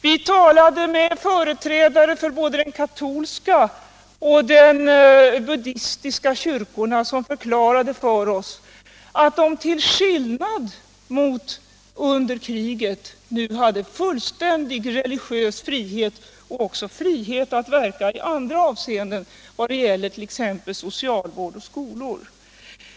Vi talade med företrädare för både de katolska och de buddistiska kyrkorna, som förklarade för oss att de till skillnad mot vad som gällde under kriget hade fullständig religiös frihet och också frihet att verka i andra avseenden, t.ex. beträffande socialvård och skolor.